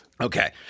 Okay